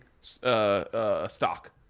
stock